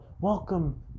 Welcome